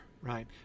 right